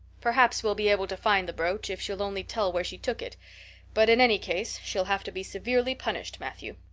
perhaps we'll be able to find the brooch if she'll only tell where she took it but in any case she'll have to be severely punished, matthew.